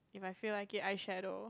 if I feel like it eyeshadow